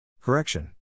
Correction